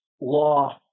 law